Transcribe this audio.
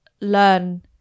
learn